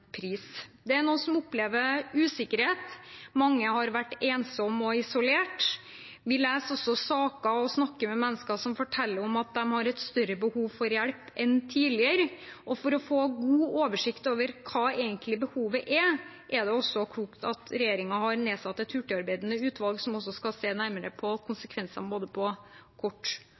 pris. Det er noen som opplever usikkerhet, mange har vært ensomme og isolerte, og vi leser også saker om og snakker med mennesker som forteller om at de har et større behov for hjelp enn tidligere. For å få god oversikt over hva behovet egentlig er, er det klokt at regjeringen har nedsatt et hurtigarbeidende utvalg som også skal se nærmere på konsekvensene på både kort